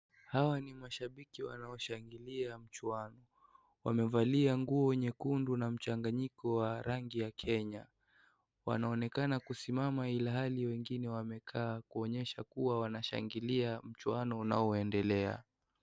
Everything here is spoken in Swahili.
Hawa ni mashabiki wanaoshangilia mchuano, wamevalia nguo nyekundu na mchanaganyiko wa rangi ya Kenya, wanaonekana kusimama ilhali wengine wamekaa kuonyesha kuwa wanashangilia mchuano unaonedelea.